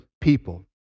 people